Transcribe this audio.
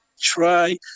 try